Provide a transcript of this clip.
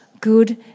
good